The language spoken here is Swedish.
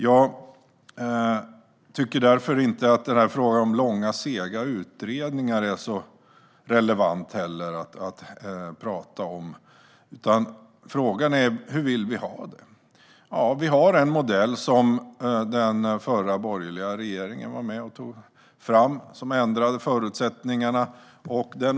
Jag tycker därför inte att detta med långa och sega utredningar är så relevant att prata om. Frågan är i stället: Hur vill vi ha det? Vi har en modell som den förra, borgerliga regeringen var med och tog fram. Den ändrade förutsättningarna.